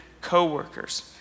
co-workers